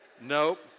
nope